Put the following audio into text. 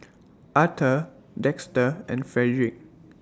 Arthor Dexter and Fredrick